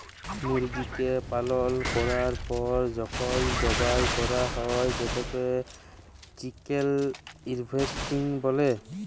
মুরগিকে পালল ক্যরার পর যখল জবাই ক্যরা হ্যয় সেটকে চিকেল হার্ভেস্টিং ব্যলে